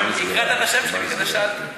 הקראת את השם שלי, בגלל זה שאלתי.